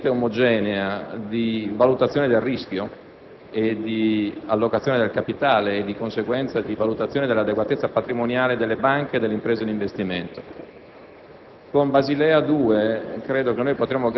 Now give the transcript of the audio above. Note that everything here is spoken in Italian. di pervenire ad una metodologia pienamente omogenea di valutazione del rischio e di allocazione del capitale e, di conseguenza, di valutazione dell'adeguatezza patrimoniale delle banche e delle imprese di investimento.